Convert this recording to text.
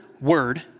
word